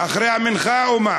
אחרי המנחה, או מה?